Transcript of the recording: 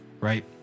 right